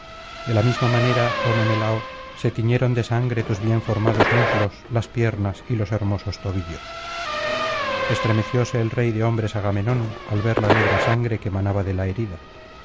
de la misma manera oh menelao se tiñeron de sangre tus bien formados muslos las piernas y los hermosos tobillos estremecióse el rey de hombres agamenón al ver la negra sangre que manaba de la herida